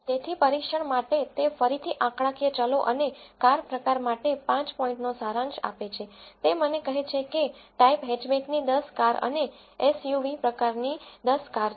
તેથી પરીક્ષણ માટે તે ફરીથી આંકડાકીય ચલો અને કાર પ્રકાર માટે પાંચ પોઇન્ટનો સારાંશ આપે છે તે મને કહે છે કે ટાઇપ હેચબેકની 10 કાર અને એસયુવી પ્રકારની 10 કાર છે